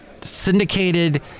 syndicated